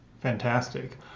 Fantastic